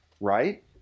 right